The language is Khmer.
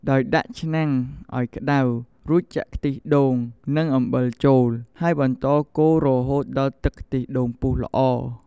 ដោយដាក់ឆ្នាំងអោយក្ដៅ រួចចាក់ខ្ទិះដូង និងអំបិលចូល ហើយបន្តកូររហូតដល់ទឹកខ្ទិះដូងពុះល្អ។